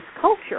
culture